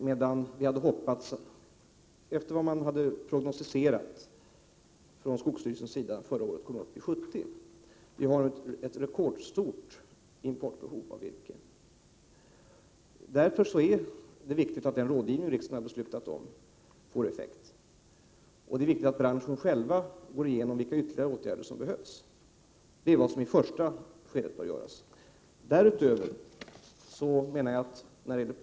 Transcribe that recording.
Förhoppningarna var emellertid, enligt prognoser från skogsstyrelsen, en avverkning på 70 skogskubikmeter per år. Importbehovet av virke är nu rekordstort. Därför är det viktigt att den rådgivning som riksdagen har beslutat om får effekt. Det är också viktigt att branschen själv går igenom vilka ytterligare åtgärder som behöver vidtas. Det är vad som behöver göras i ett första skede.